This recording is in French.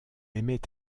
aimait